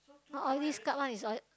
not oily scalp one is oil